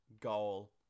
goal